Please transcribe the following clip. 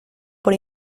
por